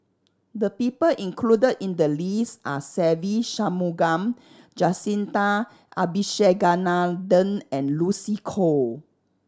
the people included in the list are Se Ve Shanmugam Jacintha Abisheganaden and Lucy Koh